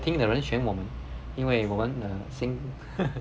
听的人选我们因为我们 err 新